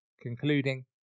concluding